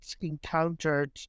encountered